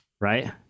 right